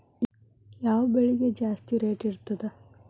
ಯಾವ ಬೆಳಿಗೆ ಜಾಸ್ತಿ ರೇಟ್ ಇರ್ತದ?